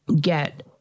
get